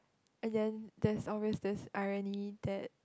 and then there's always this irony that